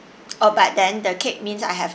oh but then the cake means I have